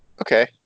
Okay